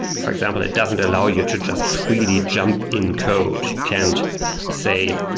for example, it doesn't allow you to just really jump in code. you can't say,